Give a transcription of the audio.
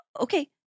Okay